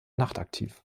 nachtaktiv